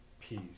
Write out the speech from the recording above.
peace